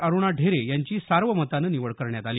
अरुणा ढेरे यांची सार्वमतानं निवड करण्यात आली